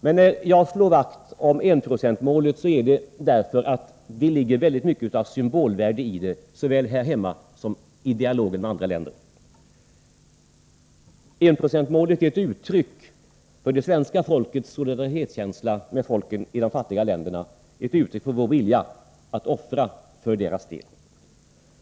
Men när jag slår vakt om enprocentsmålet, så är det för att det ligger mycket av symbolvärde i det, såväl här hemma som i dialogen med andra länder. Enprocentsmålet är ett uttryck för det svenska folkets känsla av solidaritet med folken i de fattiga länderna, ett uttryck för vår vilja att offra för deras del.